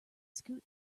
scoot